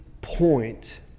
point